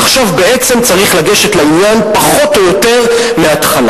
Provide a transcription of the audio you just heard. עכשיו בעצם צריך לגשת לעניין פחות או יותר מההתחלה.